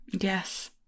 Yes